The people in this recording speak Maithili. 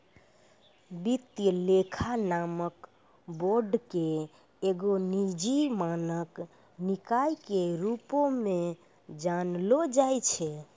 वित्तीय लेखा मानक बोर्ड के एगो निजी मानक निकाय के रुपो मे जानलो जाय छै